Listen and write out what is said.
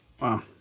Wow